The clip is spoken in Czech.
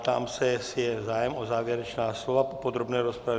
Ptám se, jestli je zájem o závěrečná slova po podrobné rozpravě.